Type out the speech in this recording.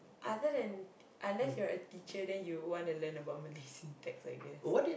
other than unless you're a teacher then you wanna learn about Malay syntax I guess